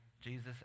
Jesus